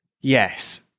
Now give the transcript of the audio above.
Yes